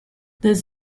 this